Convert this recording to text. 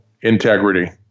integrity